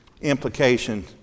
implication